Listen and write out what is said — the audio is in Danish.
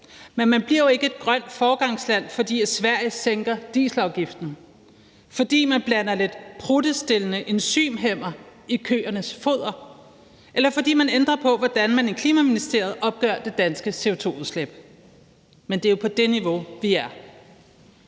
men man bliver jo ikke et grønt foregangsland, fordi Sverige sænker dieselafgiften, fordi man blander lidt pruttestillende enzymhæmmer i køernes foder, eller fordi man ændrer på, hvordan man i Klima-, Energi- og Forsyningsministeriet opgør det danske CO2-udslip. Men det er jo på det niveau, vi er.